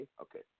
Okay